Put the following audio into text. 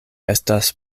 estas